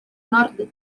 nord